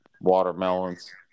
watermelons